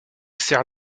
sert